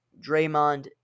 Draymond